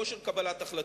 כושר קבלת החלטות.